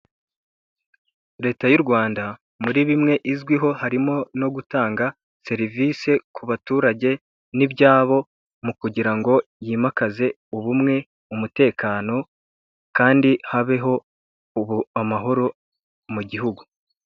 Leta y'u Rwanda muri bimwe izwiho harimo no gutanga serivisi ku baturage n'ibyabo mu kugira ngo yimakaze ubumwe, umutekano, kandi habeho amahoro mu gihugu.